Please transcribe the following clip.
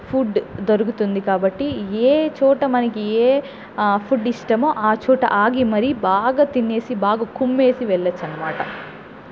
food దొరుకుతుంది కాబట్టి ఏ చోట మనకి ఏ ఫుడ్ ఇష్టమో ఆ చోట ఆగి మరి బాగా తినేసి బాగా కుమ్మేసి వెళ్ళవచ్చు అనమాట